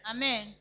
Amen